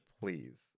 Please